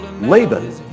Laban